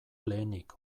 lehenik